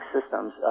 systems